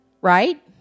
right